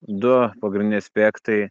du pagrininiai spektai